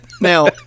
Now